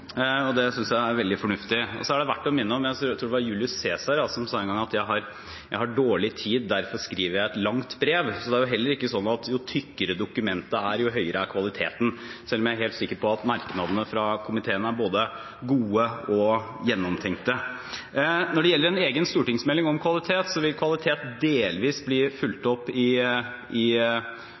Det synes jeg er veldig fornuftig. Jeg tror det var Julius Cæsar som sa: «Jeg har dårlig tid, derfor skriver jeg et langt brev.» Det er ikke sånn at jo tykkere dokumentet er, jo høyere er kvaliteten, selv om jeg er helt sikker på at merknadene fra komiteen er både gode og gjennomtenkte. Når det gjelder en egen stortingsmelding om kvalitet, vil kvalitet delvis bli fulgt opp i